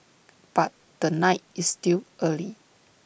but the night is still early